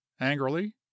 angrily